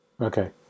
Okay